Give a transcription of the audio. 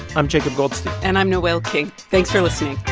i'm jacob goldstein and i'm noel king. thanks for listening